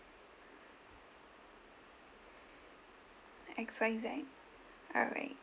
X Y Z alright